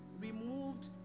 removed